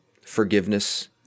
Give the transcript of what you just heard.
forgiveness